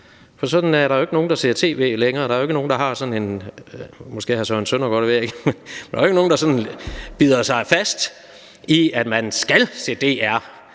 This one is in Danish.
for sådan er der jo ikke nogen der ser tv længere. Der er jo ikke nogen – undtagen måske hr. Søren Søndergaard, det ved jeg ikke – der sådan bider sig fast i, at man skal se DR,